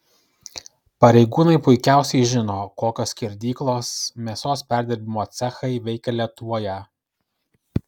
pareigūnai puikiausiai žino kokios skerdyklos mėsos perdirbimo cechai veikia lietuvoje